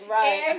Right